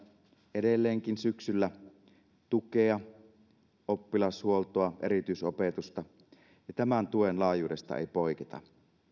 edelleenkin syksyllä tukea oppilashuoltoa erityisopetusta ja tämän tuen laajuudesta ei poiketa